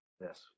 Yes